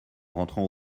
rentrant